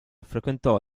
frequentò